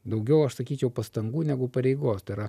daugiau aš sakyčiau pastangų negu pareigos tai yra